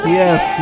yes